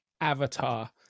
avatar